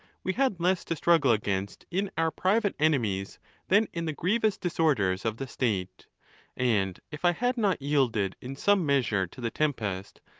we had less to struggle against in our private enemies than in the grievous disorders of the state and if i had not yielded in some measure to the tempest,